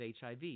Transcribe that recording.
HIV